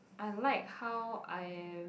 I like how I am